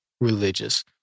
religious